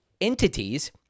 entities